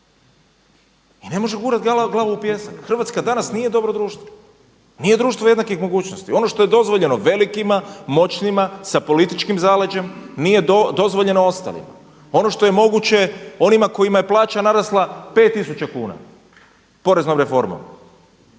i ne može gurati glavu u pijesak. Hrvatska danas nije dobro društvo, nije društvo jednakih mogućnosti. Ono što je dozvoljeno velikima, moćnima sa političkim zaleđem nije dozvoljeno ostalima. Ono što je moguće onima kojima je plaća narasla 5000 kuna poreznom reformom